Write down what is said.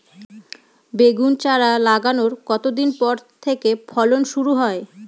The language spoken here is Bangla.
বেগুন চারা লাগানোর কতদিন পর থেকে ফলন শুরু হয়?